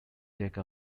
take